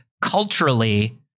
culturally